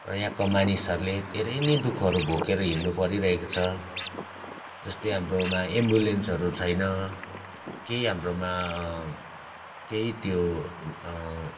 र यहाँको मानिसहरूले धेरै नै दुःखहरू भोगेर हिँड्नु परिरहेको छ जस्तै हाम्रोमा एम्बुलेन्सहरू छैन केही हाम्रोमा केही त्यो